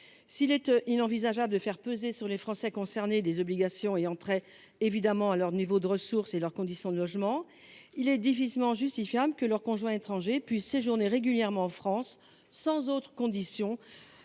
S’il est inenvisageable de faire peser sur les Français concernés des obligations ayant trait à leur niveau de ressources ou à leurs conditions de logement, il est difficilement justifiable que leurs conjoints étrangers puissent séjourner régulièrement en France sans autre condition